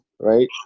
right